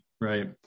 right